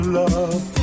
love